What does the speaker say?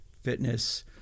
fitness